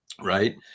right